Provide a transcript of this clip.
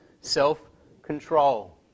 self-control